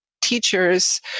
teachers